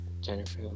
Jennifer